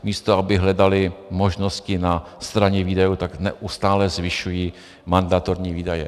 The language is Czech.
Místo aby hledali možnosti na straně výdajů, tak neustále zvyšují mandatorní výdaje.